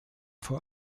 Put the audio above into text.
vor